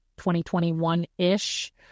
2021-ish